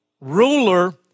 ruler